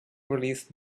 released